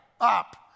up